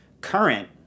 current